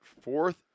Fourth